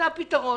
זה הפתרון.